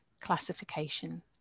classification